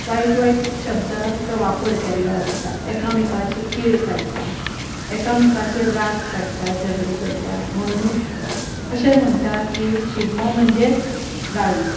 वायट वायट शब्दांचो वापर केल्लो आसता एकामेकांची तीड काडटात एकामेकांचेर राग काडटात झगडीं करतात म्हणूनच अशें म्हणटा की शिगमो म्हणजेच गाळी